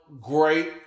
great